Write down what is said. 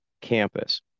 campus